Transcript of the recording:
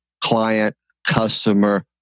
client-customer